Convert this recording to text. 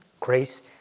Grace